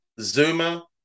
Zuma